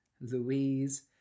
Louise